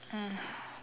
mm